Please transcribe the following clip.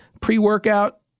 Pre-workout